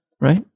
right